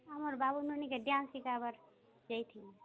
ଆମର ବାବୁମାନକେ ଡାନ୍ସ ଶିଖାବାର ସେଇଠି